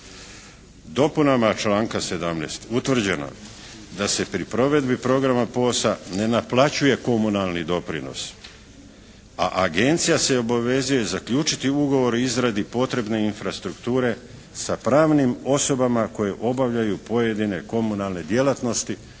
Dopunama članka 17. utvrđeno je da se pri provedbi programa POS-a ne naplaćuje komunalni doprinos. A Agencija se obavezuje zaključiti ugovor o izradi potrebne infrastrukture sa pravnim osobama koje obavljaju pojedine komunalne djelatnosti